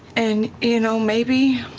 and, you know, maybe,